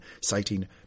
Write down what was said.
citing